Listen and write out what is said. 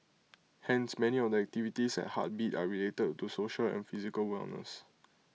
hence many of the activities at heartbeat are related to social and physical wellness